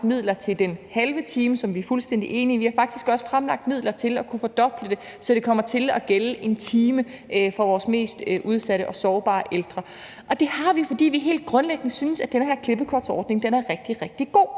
midler til den halve time, som vi er fuldstændige i, vi har faktisk også afsat midler til at kunne fordoble det, så det kommer til at gælde en time for vores mest udsatte og sårbare ældre. Og det har vi, fordi vi helt grundlæggende synes, at den her klippekortsordning er rigtig, rigtig god.